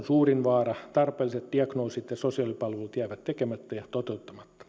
suurin vaara tarpeelliset diagnoosit jäävät tekemättä ja sosiaalipalvelut toteuttamatta